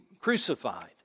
crucified